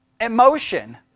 Emotion